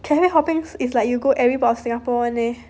cafe hopping is like you go every part of Singapore [one] leh